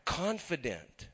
confident